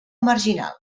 marginal